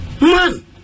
Man